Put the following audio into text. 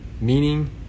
meaning